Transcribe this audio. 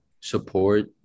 support